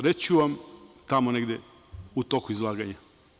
Reći ću vam tamo negde u toku izlaganja.